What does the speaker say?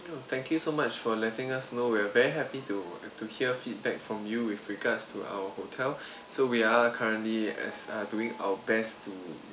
thank you so much for letting us know we're very happy to to hear feedback from you with regards to our hotel so we are currently as uh doing our best to